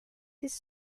his